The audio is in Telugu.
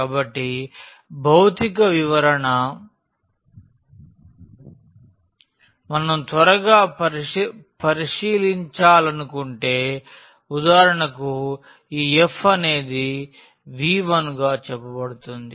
కాబట్టి భౌతిక వివరణ మనం త్వరగా పరిశీలించాలనుకుంటే ఉదాహరణకు ఈ f అనేది V1 గా చెప్పబడుతుంది